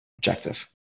objective